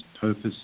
purpose